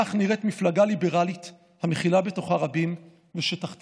כך נראית מפלגה ליברלית המכילה בתוכה רבים ושתחתיה